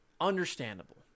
Understandable